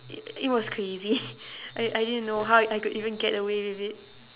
i~ it was crazy I didn't know how I could even get away with it